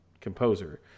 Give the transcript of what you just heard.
composer